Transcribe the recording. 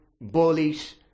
Bullies